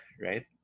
right